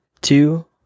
two